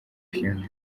phionah